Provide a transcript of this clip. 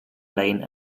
lane